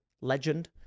legend